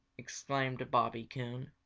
exclaimed bobby coon.